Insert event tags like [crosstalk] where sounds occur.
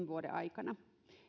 [unintelligible] vuoden aikana